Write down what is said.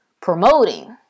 promoting